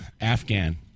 Afghan